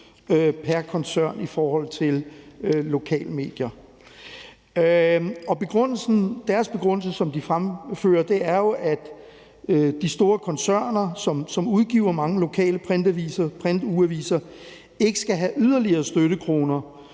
pr. koncern i forhold til lokalmedier. Begrundelsen, som de fremfører, er jo, at de store koncerner, som udgiver mange lokale ugeaviser på print ikke skal have yderligere støttekroner,